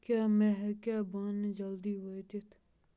کیٛاہ مےٚ ہٮ۪کیٛاہ بانہٕ جلدٕی وٲتِتھ